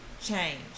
Change